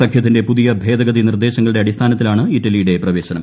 സഖ്യത്തിന്റെ പുതിയ ഭേദഗതി നിർദ്ദേശങ്ങളുടെ അടിസ്ഥാനത്തിലാണ് ഇറ്റലിയുടെ പ്രവേശനം